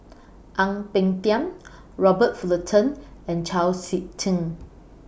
Ang Peng Tiam Robert Fullerton and Chau Sik Ting